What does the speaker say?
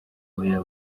oya